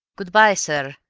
good-by, sir,